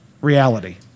reality